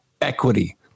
equity